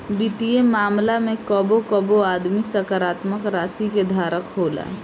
वित्तीय मामला में कबो कबो आदमी सकारात्मक राशि के धारक होला